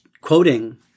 quoting